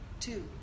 Two